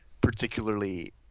particularly